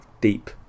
deep